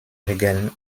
regeln